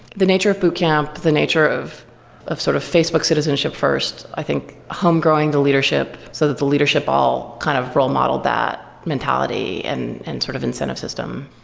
the nature of boot camp, the nature of of sort of facebook citizenship first, i think home growing leadership so that the leadership all kind of role modeled that mentality and and sort of incentive system.